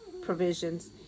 provisions